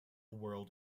world